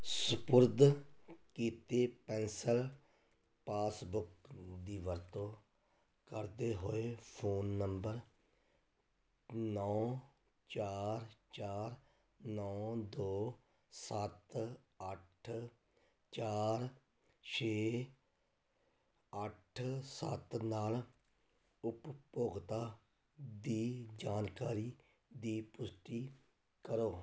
ਸਪੁਰਦ ਕੀਤੇ pension passbook ਦੀ ਵਰਤੋਂ ਕਰਦੇ ਹੋਏ ਫ਼ੋਨ ਨੰਬਰ ਨੌਂ ਚਾਰ ਚਾਰ ਨੌਂ ਦੋ ਸੱਤ ਅੱਠ ਚਾਰ ਛੇ ਅੱਠ ਸੱਤ ਨਾਲ ਉਪਭੋਗਤਾ ਦੀ ਜਾਣਕਾਰੀ ਦੀ ਪੁਸ਼ਟੀ ਕਰੋ